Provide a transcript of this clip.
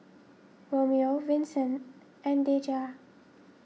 Romeo Vinson and Deja